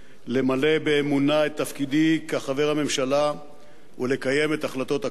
למלא באמונה את תפקידי כחבר הממשלה ולקיים את החלטות הכנסת.